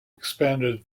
expanded